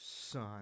son